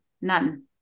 None